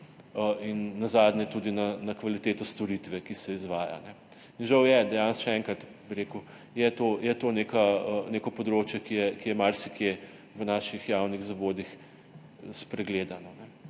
in nazadnje tudi na kvaliteto storitve, ki se izvaja. Še enkrat bi rad rekel, da je to neko področje, ki je marsikje v naših javnih zavodih spregledano.